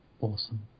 awesome